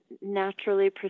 naturally